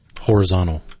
Horizontal